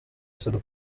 basabwa